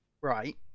Right